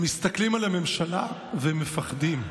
הם מסתכלים על הממשלה ומפחדים.